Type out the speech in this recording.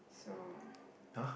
so